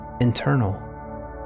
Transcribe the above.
internal